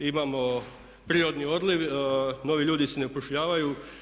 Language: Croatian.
Imamo prirodni odliv, novi ljudi se ne upošljavaju.